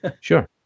Sure